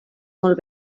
molt